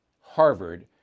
Harvard